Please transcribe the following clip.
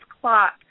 clock